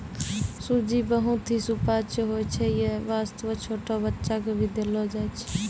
सूजी बहुत हीं सुपाच्य होय छै यै वास्तॅ छोटो बच्चा क भी देलो जाय छै